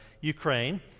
Ukraine